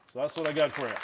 that's what i got for